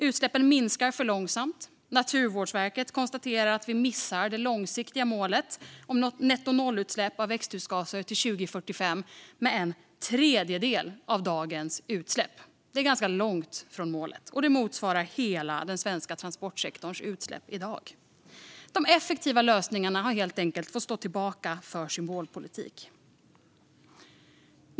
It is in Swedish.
Utsläppen minskar för långsamt. Naturvårdsverket konstaterar att vi missar det långsiktiga målet om nettonollutsläpp av växthusgaser till 2045 med en tredjedel av dagens utsläpp. Det är ganska långt från målet och motsvarar hela den svenska transportsektorns utsläpp i dag. De effektiva lösningarna har helt enkelt fått stå tillbaka för symbolpolitik.